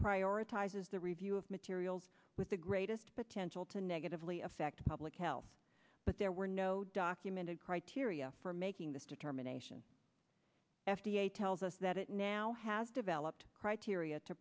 prioritizes the review of materials with the greatest potential to negatively affect public health but there were no documented criteria for making this determination f d a tells us that it now has developed criteria to